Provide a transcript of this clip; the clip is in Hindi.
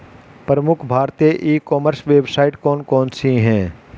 प्रमुख भारतीय ई कॉमर्स वेबसाइट कौन कौन सी हैं?